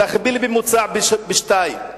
תכפילי בממוצע בשניים,